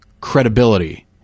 credibility